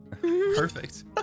Perfect